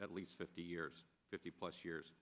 at least fifty years fifty plus years